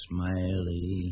Smiley